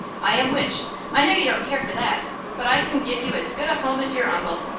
i am wich i know you don't care for that but i can give you as good a home as your uncle.